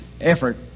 effort